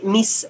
Miss